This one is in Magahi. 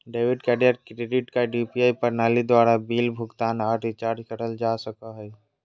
डेबिट या क्रेडिट कार्ड यू.पी.आई प्रणाली द्वारा बिल भुगतान आर रिचार्ज करल जा सको हय